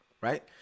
right